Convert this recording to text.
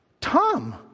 Tom